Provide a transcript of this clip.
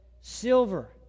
silver